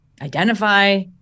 identify